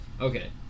Okay